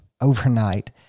overnight